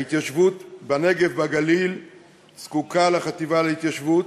ההתיישבות בנגב ובגליל זקוקה לחטיבה להתיישבות,